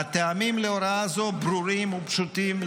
הטעמים להוראה זו ברורים ופשוטים,